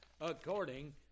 according